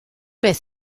beth